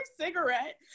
cigarette